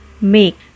make